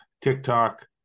TikTok